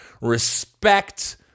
Respect